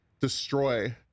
destroy